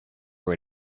with